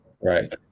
right